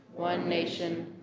one nation,